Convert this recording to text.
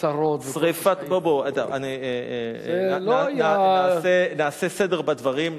האוצרות, בוא, נעשה, זה לא היה, נעשה סדר בדברים.